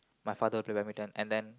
my father will play badminton and then